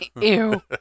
Ew